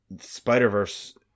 Spider-Verse